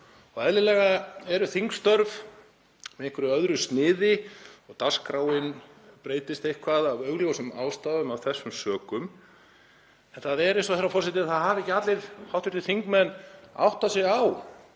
Eðlilega eru þingstörf með einhverju öðru sniði og dagskráin breytist eitthvað, af augljósum ástæðum, af þessum sökum en það er eins og, herra forseti, það hafi ekki allir hv. þingmenn áttað sig á